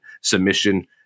submission